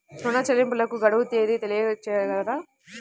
ఋణ చెల్లింపుకు గడువు తేదీ తెలియచేయగలరా?